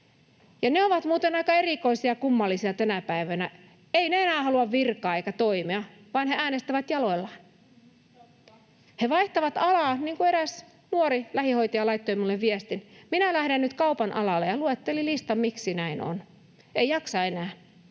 he ovat muuten aika erikoisia ja kummallisia tänä päivänä: eivät he enää halua virkaa eivätkä toimea, vaan he äänestävät jaloillaan. He vaihtavat alaa, niin kuin eräs nuori lähihoitaja laittoi minulle viestin ”minä lähden nyt kaupanalalle” ja luetteli listan, miksi näin on: ei jaksa enää,